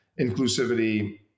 inclusivity